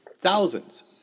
Thousands